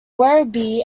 werribee